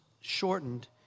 shortened